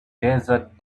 desert